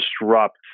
disrupt